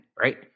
right